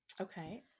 Okay